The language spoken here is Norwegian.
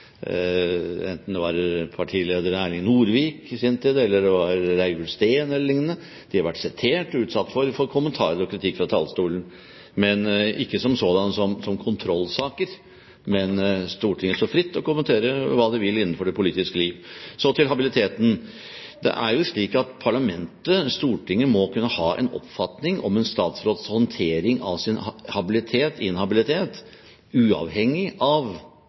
enten det var partileder Erling Norvik i sin tid, eller det var Reiulf Steen, eller liknende. De har vært sitert og utsatt for kommentarer og kritikk fra talerstolen – ikke som kontrollsaker, men Stortinget står fritt til å kommentere hva de vil innenfor det politiske liv. Så til habiliteten: Det er jo slik at parlamentet, Stortinget, må kunne ha en oppfatning av en statsråds håndtering av sin habilitet/inhabilitet uavhengig av